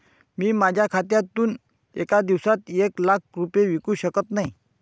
मी माझ्या खात्यातून एका दिवसात एक लाख रुपये विकू शकत नाही